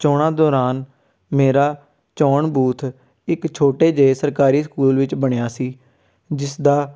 ਚੋਣਾਂ ਦੌਰਾਨ ਮੇਰਾ ਚੌਣ ਬੂਥ ਇੱਕ ਛੋਟੇ ਜਿਹੇ ਸਰਕਾਰੀ ਸਕੂਲ ਵਿੱਚ ਬਣਿਆ ਸੀ ਜਿਸਦਾ